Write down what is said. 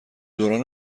دوران